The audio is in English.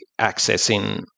accessing